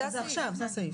זה הסעיף.